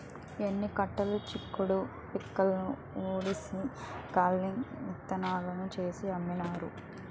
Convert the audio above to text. ఎన్ని కట్టు చిక్కుడు పిక్కల్ని ఉడిసి కాయల్ని ఇత్తనాలు చేసి అమ్మినారు